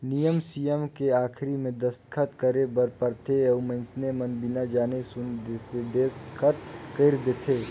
नियम सियम के आखरी मे दस्खत करे बर परथे अउ मइनसे मन बिना जाने सुन देसखत कइर देंथे